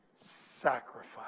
sacrifice